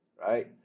right